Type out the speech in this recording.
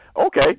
Okay